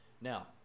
Now